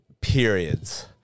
periods